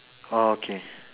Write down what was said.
oh okay